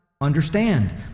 understand